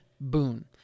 Boon